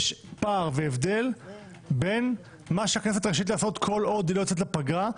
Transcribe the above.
יש פער והבדל בין מה שהכנסת רשאית לעשות כל עוד היא לא יוצאת לפגרה,